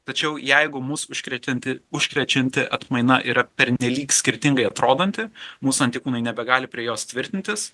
tačiau jeigu mus užkrečianti užkrečianti atmaina yra pernelyg skirtingai atrodanti mūsų antikūnai nebegali prie jos tvirtintis